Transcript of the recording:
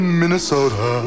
minnesota